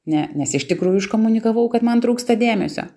ne nes iš tikrųjų iškomunikavau kad man trūksta dėmesio